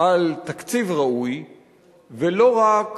על תקציב ראוי ולא רק